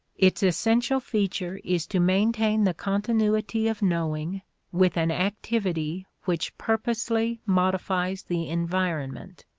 its essential feature is to maintain the continuity of knowing with an activity which purposely modifies the environment.